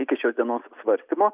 iki šios dienos svarstymo